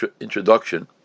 introduction